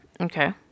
Okay